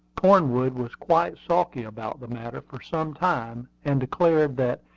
cornwood was quite sulky about the matter for some time, and declared that,